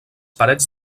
parets